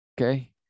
okay